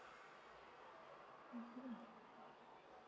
mmhmm